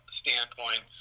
standpoint